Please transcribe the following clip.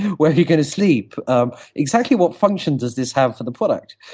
where are you going to sleep? um exactly what function does this have for the product?